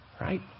right